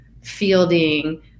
fielding